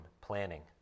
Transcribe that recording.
planning